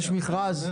מכרז?